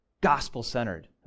gospel-centered